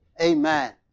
Amen